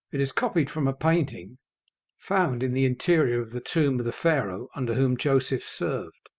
it is copied from a painting found in the interior of the tomb of the pharaoh under whom joseph served.